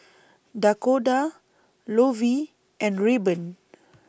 Dakoda Lovie and Rayburn